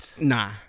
Nah